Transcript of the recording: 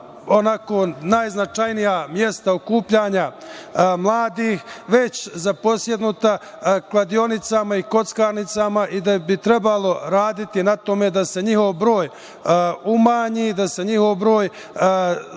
onako najznačajnija mesta okupljanja mladih već zaposednuta kladionicama i kockarnicama i da bi trebalo raditi na tome da se njihov broj umanji, da se njihov broj spusti